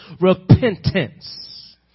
repentance